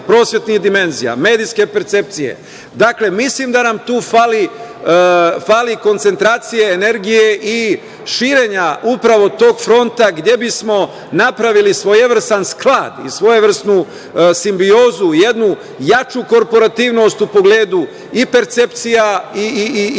prosvetnih dimenzija, medijske percepcije. Dakle, mislim da nam tu fali koncentracije, energije i širenja upravo tog fronta gde bismo napravili svojevrstan sklad i svojevrsnu simbiozu, jednu jaču korporativnost u pogledu i percepcija i odgojnih